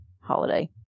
holiday